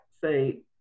say